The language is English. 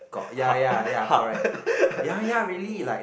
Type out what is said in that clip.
hub hub